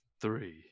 Three